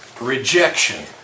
rejection